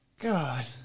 God